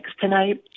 tonight